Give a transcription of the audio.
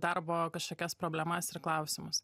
darbo kažkokias problemas ir klausimus